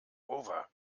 over